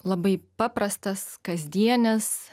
labai paprastas kasdienis